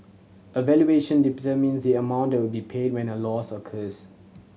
a valuation the amount that will be paid when a loss occurs